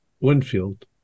Winfield